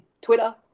Twitter